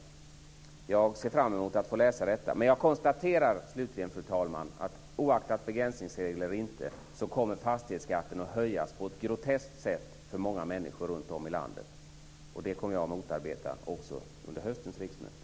Jag ser fram emot att få läsa detta. Men jag konstaterar slutligen, fru talman, att fastighetsskatten kommer att höjas på ett groteskt sätt för många människor runtom i landet oavsett om vi har begränsningsregler eller inte. Det kommer jag att motarbeta också under nästa riksmöte.